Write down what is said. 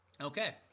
Okay